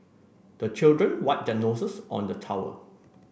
the children wipe their noses on the towel